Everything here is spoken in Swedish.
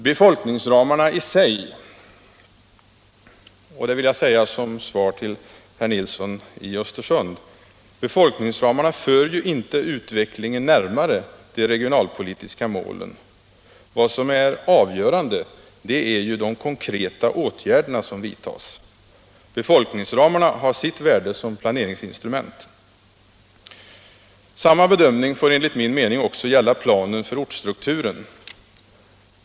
Befolkningsramarna i sig — det vill jag säga som svar till herr Nilsson i Östersund — för ju inte utvecklingen närmare de regionalpolitiska målen. Avgörande är de konkreta åtgärder som vidtas. Befolkningsramarna har sitt värde som planeringsinstrument. Samma bedömning får enligt min mening också gälla planen för ortsstrukturen.